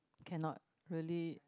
cannot really